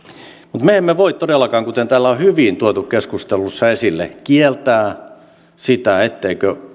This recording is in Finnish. mutta me emme voi todellakaan kuten täällä on hyvin tuotu keskustelussa esille kieltää sitä etteikö